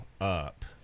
up